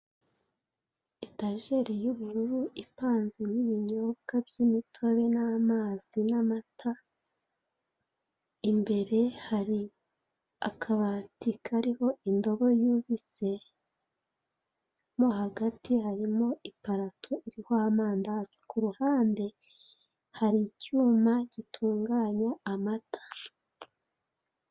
Etajeri y'ubururu ipanzemo ibinyobwa by'imitobe n'amazi n'amatara. Imbere hari akabati kariho indobo yubitse. Mo hagati harimo iparato iriho amandazi, ku ruhande hari icyuma gitunganya amata.